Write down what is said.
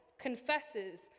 confesses